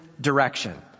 direction